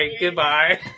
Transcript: Goodbye